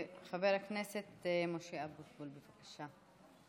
חבר הכנסת משה אבוטבול, בבקשה.